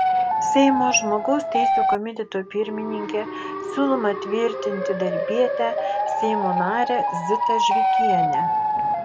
seimo žmogaus teisių komiteto pirmininke siūloma tvirtinti darbietę seimo narę zitą žvikienę